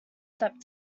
step